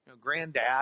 granddad